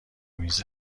میز